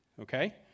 okay